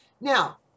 Now